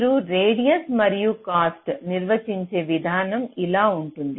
మీరు రేడియస్ మరియు కాస్ట్ నిర్వచించే విధానం ఇలా ఉంటుంది